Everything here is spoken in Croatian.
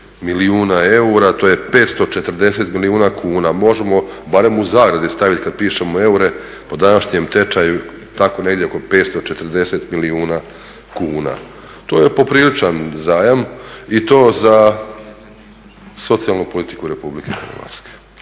milijuna eura, to je 540 milijuna kuna. Možemo barem u zagradi stavit kad pišemo eure po današnjem tečaju tako negdje oko 540 milijuna kuna. To je popriličan zajam i to za socijalnu politiku Republike Hrvatske,